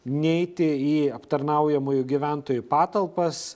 neiti į aptarnaujamųjų gyventojų patalpas